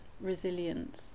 resilience